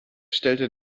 stellte